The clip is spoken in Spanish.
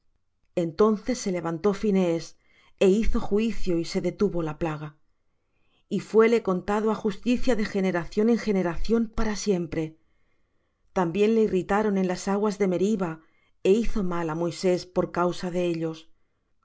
entonces se levantó phinees é hizo juicio y se detuvo la plaga y fuéle contado á justicia de generación en generación para siempre también le irritaron en las aguas de meriba e hizo mal á moisés por causa de ellos